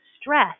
stress